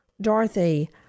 dorothy